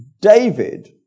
David